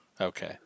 Okay